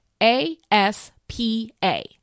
A-S-P-A